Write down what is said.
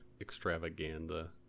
extravaganza